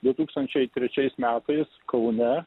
du tūkstančiai trečiais metais kaune